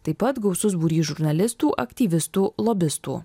taip pat gausus būrys žurnalistų aktyvistų lobistų